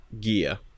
gear